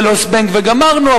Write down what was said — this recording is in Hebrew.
זה לא "זבנג וגמרנו".